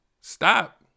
Stop